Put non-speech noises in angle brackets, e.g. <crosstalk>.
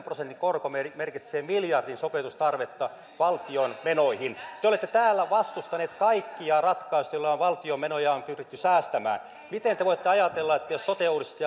<unintelligible> prosentin korko merkitsee miljardin sopeutustarvetta valtion menoihin te olette täällä vastustaneet kaikkia ratkaisuja joilla valtion menoja on pyritty säästämään miten te voitte ajatella jos sote uudistus <unintelligible>